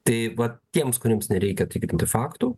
tai vat tiems kuriems nereikia tikrinti faktų